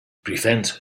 prevent